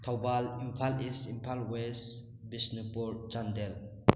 Thoubal Imphal east Imphal west Bishnupur Chandel